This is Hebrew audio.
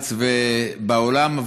בארץ ובעולם,